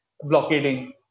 blockading